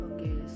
Okay